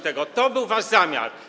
To był wasz zamiar.